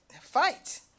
fight